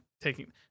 taking